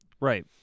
Right